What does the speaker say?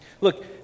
Look